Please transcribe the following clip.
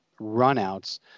runouts